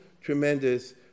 tremendous